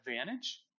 advantage